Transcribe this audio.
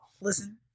listen